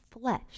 flesh